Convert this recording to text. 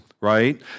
right